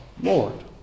Lord